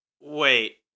Wait